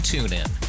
TuneIn